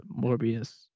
Morbius